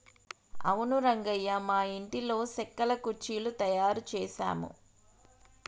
అవును రంగయ్య మా ఇంటిలో సెక్కల కుర్చీలు తయారు చేసాము